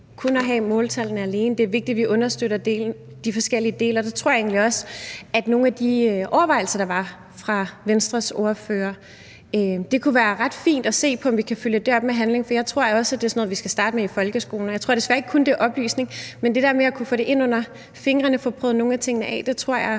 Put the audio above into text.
kun at have måltallene alene. Det er vigtigt, at vi understøtter de forskellige dele, og det tror jeg egentlig også er nogle af de overvejelser, der var fra Venstres ordførers side. Det kunne være ret fint at se på, om vi kunne følge det op med handling, for jeg tror også, det er sådan noget, vi skal starte med i folkeskolen. Og jeg tror desværre ikke kun, det er oplysning. Men det der med at få det i hænderne og få prøvet nogle af tingene af, tror jeg